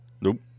Nope